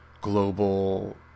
global